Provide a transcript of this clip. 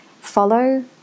follow